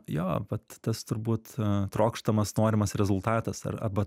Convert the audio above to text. jo vat tas turbūt trokštamas norimas rezultatas ar arba ta